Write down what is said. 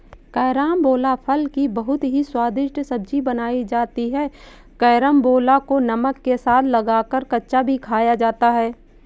carambola फल की बहुत ही स्वादिष्ट सब्जी बनाई जाती है कैरमबोला को नमक के साथ लगाकर कच्चा भी खाया जाता है